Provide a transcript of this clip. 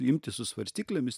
imti su svarstyklėmis